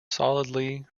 solidly